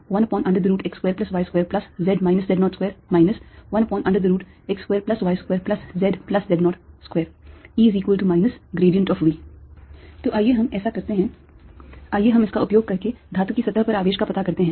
Vxyzq4π01x2y2z z02 1x2y2zz02 E V तो आइए हम ऐसा करते हैं आइए हम इसका उपयोग करके धातु की सतह पर आवेश का पता करते हैं